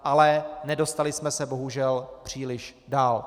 Ale nedostali jsme se bohužel příliš dál.